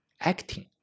acting